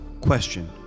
question